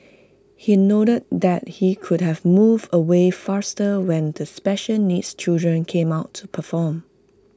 he noted that he could have moved away faster when the special needs children came out to perform